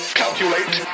calculate